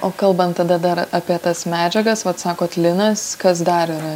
o kalbant tada dar apie tas medžiagas vat sakot linas kas dar yra